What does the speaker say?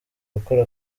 gukora